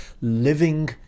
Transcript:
living